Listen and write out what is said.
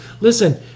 Listen